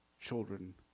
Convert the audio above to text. children